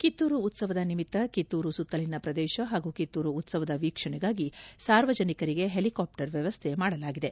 ಕಿತ್ತೂರು ಉತ್ಸವದ ನಿಮಿತ್ತ ಕಿತ್ತೂರು ಸುತ್ತಲಿನ ಪ್ರದೇಶ ಹಾಗೂ ಕಿತ್ತೂರು ಉತ್ಸವದ ವೀಕ್ಷಣೆಗಾಗಿ ಸಾರ್ವಜನಿಕರಿಗೆ ಹೆಲಿಕಾಪ್ಚರ್ ವ್ಯವಸ್ಥೆ ಮಾಡಲಾಗಿದೆ